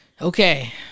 Okay